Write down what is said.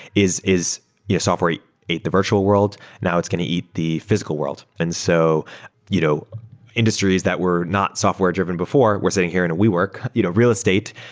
is is yeah software ate ate the virtual world. now it's going to eat the physical world. and so you know industries that were not software-driven before were sitting here in wework. you know real estate,